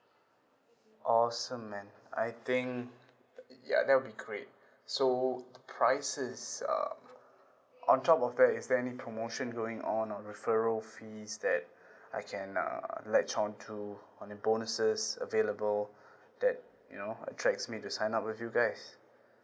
awesome man I think ya that will be great so the prices um on top of that is there any promotion going on or referral fees that I can uh latch on to on the bonuses available that you know attracts me to sign up with you guys